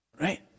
Right